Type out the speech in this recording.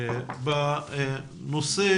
בנושא